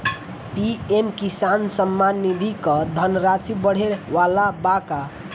PM Kisan Samman Nidhi क धनराशि बढ़े वाला बा का?